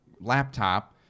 laptop